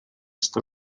sta